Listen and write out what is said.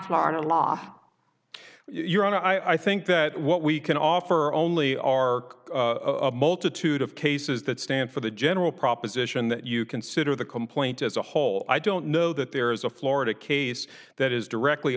florida law your honor i think that what we can offer only are a multitude of cases that stand for the general proposition that you consider the complaint as a whole i don't know that there is a florida case that is directly